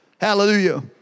Hallelujah